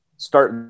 start